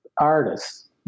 artists